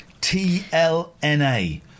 T-L-N-A